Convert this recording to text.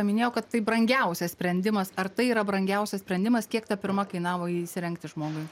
minėjau kad tai brangiausias sprendimas ar tai yra brangiausias sprendimas kiek ta pirma kainavo įsirengti žmogui